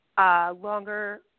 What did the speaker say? longer